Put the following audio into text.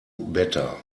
better